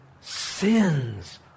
sins